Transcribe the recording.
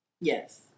Yes